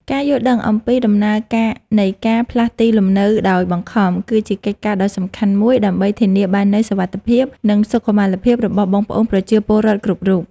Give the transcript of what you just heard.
ការយល់ដឹងអំពីដំណើរការនៃការផ្លាស់ទីលំនៅដោយបង្ខំ គឺជាកិច្ចការដ៏សំខាន់មួយដើម្បីធានាបាននូវសុវត្ថិភាព និងសុខុមាលភាពរបស់បងប្អូនប្រជាពលរដ្ឋគ្រប់រូប។